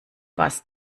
was